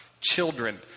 children